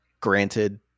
granted